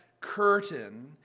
curtain